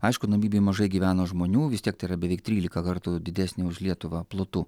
aišku namibijoj mažai gyvena žmonių vis tiek tai yra beveik trylika kartų didesnė už lietuvą plotu